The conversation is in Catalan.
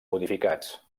modificats